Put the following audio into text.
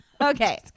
Okay